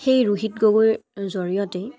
সেই ৰোহিত গগৈ জৰিয়তেই